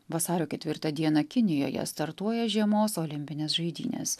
vasario ketvirtą dieną kinijoje startuoja žiemos olimpinės žaidynės